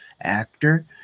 actor